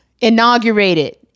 inaugurated